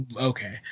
okay